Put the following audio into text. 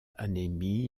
anémie